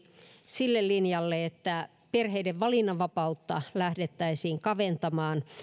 sille linjalle että perheiden valinnanvapautta lähdettäisiin kaventamaan